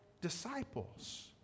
disciples